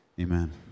Amen